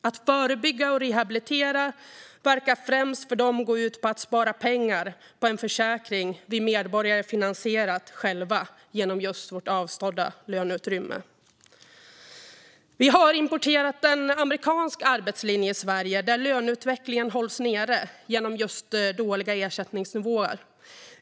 Att förebygga och rehabilitera verkar för dem främst gå ut på att spara pengar på en försäkring som vi medborgare finansierat själva genom just vårt avstådda löneutrymme. Vi har importerat en amerikansk arbetslinje i Sverige där löneutvecklingen hålls nere genom just dåliga ersättningsnivåer.